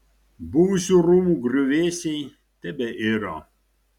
buvusių rūmų griuvėsiai tebeiro